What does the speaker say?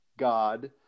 God